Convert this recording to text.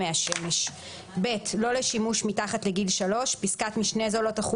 מהשמש"; (ב)"לא לשימוש מתחת לגיל 3 שנים"; פסקת משנה זו לא תחול